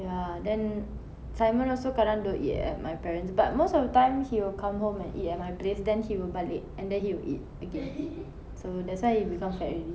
ya then simon also kadang don't eat at my parent's but most of the time he will come home and eat at my place then he will balik and then he will eat again so that's why he become fat already